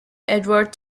edward